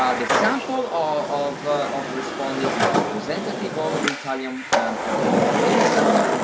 um the sample ah of of respondents is representative of the italian and population.